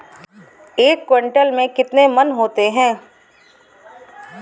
एक क्विंटल में कितने मन होते हैं?